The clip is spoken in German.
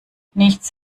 nichts